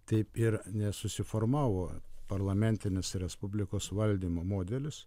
taip ir nesusiformavo parlamentinės respublikos valdymo modelis